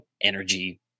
energy